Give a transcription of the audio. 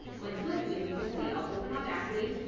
like, look. and you can see i'll open audacity.